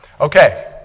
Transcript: Okay